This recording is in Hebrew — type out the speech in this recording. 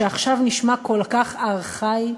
שעכשיו נשמע כל כך ארכאי,